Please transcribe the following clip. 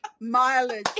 Mileage